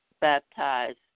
baptized